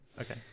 Okay